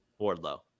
Wardlow